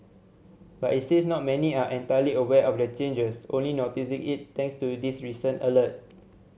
but it seems not many are entirely aware of the changes only noticing it thanks to this recent alert